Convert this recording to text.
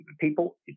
people